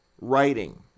writing